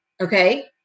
Okay